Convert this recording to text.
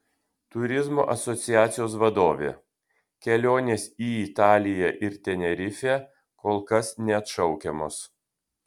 turizmo asociacijos vadovė kelionės į italiją ir tenerifę kol kas neatšaukiamos